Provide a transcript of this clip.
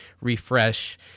refresh